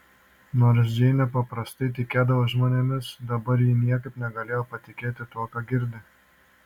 nors džeinė paprastai tikėdavo žmonėmis dabar ji niekaip negalėjo patikėti tuo ką girdi